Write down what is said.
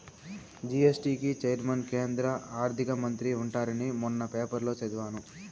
GST కి chairman కేంద్ర ఆర్థిక మంత్రి ఉంటారని మొన్న పేపర్లో చదివాను